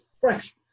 fresh